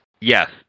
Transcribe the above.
yes